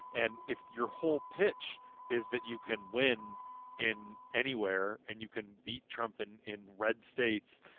and if your whole pitch is that you can win in anywhere and you can beat trump in in red states.